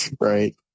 Right